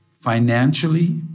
financially